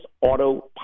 auto